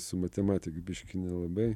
su matematika biškį nelabai